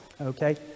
Okay